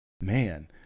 Man